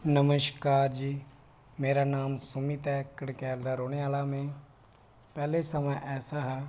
नमस्कार जी मेरा नांऽ सुमित ऐ कड़कयाल दा रौह्ने आह्ला में पैह्लें समां ऐसा हा कि